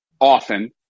often